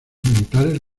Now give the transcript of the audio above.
militares